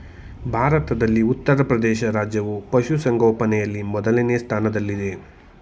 ಭಾರತದಲ್ಲಿ ಉತ್ತರಪ್ರದೇಶ ರಾಜ್ಯವು ಪಶುಸಂಗೋಪನೆಯಲ್ಲಿ ಮೊದಲನೇ ಸ್ಥಾನದಲ್ಲಿದೆ